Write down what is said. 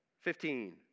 Fifteen